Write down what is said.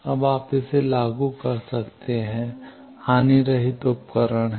अब आप इसे लागू कर सकते हैं हानिरहित उपकरण हैं